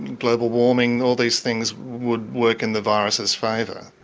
global warming, all these things would work in the virus's favour.